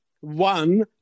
One